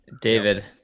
david